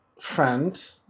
friend